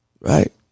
Right